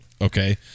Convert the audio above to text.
okay